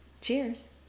Cheers